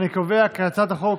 אני קובע כי הצעת החוק